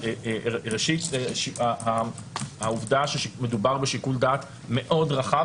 ראשית העובדה שמדובר בשיקול דעת מאוד רחב